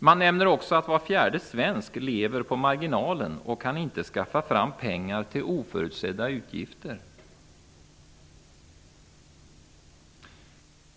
Man nämner också att var fjärde svensk lever på marginalen och inte kan skaffa fram pengar till oförutsedda utgifter.